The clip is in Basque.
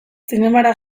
zinemara